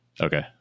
Okay